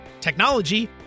technology